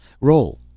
Roll